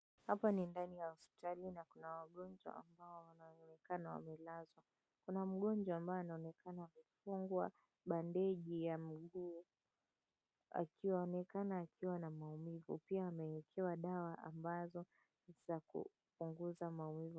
Hapa ni ndani ya hospitali na kuna wagonjwa ambao wanaonekana wamelazwa. Kuna mgonjwa ambaye anaonekana kufungwa bandeji ya mguu akionekana akiwa na maumivu. Pia amewekewa dawa ambazo ni za kupunguza maumivu.